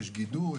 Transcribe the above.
גידור,